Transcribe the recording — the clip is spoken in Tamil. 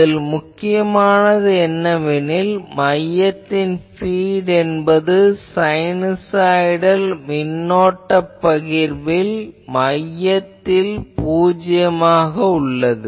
இதில் முக்கியமானது என்னவெனில் மையத்தின் பீட் என்பது சைனுசாய்டல் மின்னோட்ட பகிர்வில் மையத்தில் பூஜ்யமாக உள்ளது